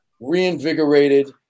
reinvigorated